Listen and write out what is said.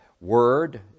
word